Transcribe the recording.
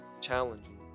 challenging